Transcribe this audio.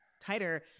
tighter